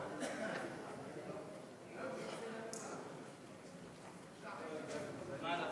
אדוני היושב-ראש, חברים,